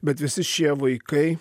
bet visi šie vaikai